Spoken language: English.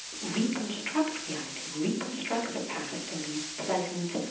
reconstruct reality, reconstruct the past in these pleasant,